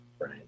right